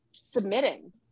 submitting